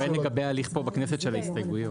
הוא שואל לגבי ההליך פה בכנסת של ההסתייגויות.